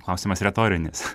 klausimas retorinis